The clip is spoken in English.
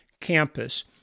campus